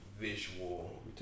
visual